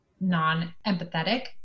non-empathetic